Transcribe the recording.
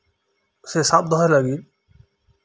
ᱥᱮ ᱥᱟᱵ ᱫᱚᱦᱚᱭ ᱞᱟᱜᱤᱫ